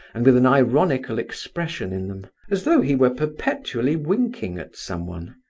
and with an ironical expression in them as though he were perpetually winking at someone.